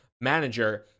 manager